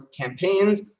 campaigns